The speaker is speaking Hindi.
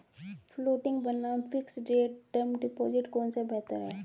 फ्लोटिंग बनाम फिक्स्ड रेट टर्म डिपॉजिट कौन सा बेहतर है?